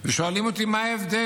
שואלים אותי מה ההבדל,